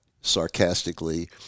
sarcastically